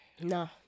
No